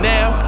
Now